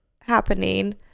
happening